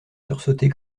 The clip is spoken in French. sursauter